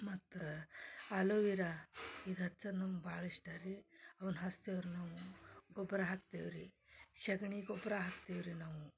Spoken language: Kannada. ಮತ್ತು ಅಲೋ ವಿರ ಇದು ಹಚ್ಚೋದು ನಮ್ಗೆ ಭಾಳ ಇಷ್ಟ ರೀ ಅವ್ನ ಹಚ್ತೇವೆ ರೀ ನಾವು ಗೊಬ್ಬರ ಹಾಕ್ತೇವೆ ರೀ ಸಗಣಿ ಗೊಬ್ಬರ ಹಾಕ್ತೀವಿ ರೀ ನಾವು